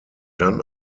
dann